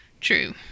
True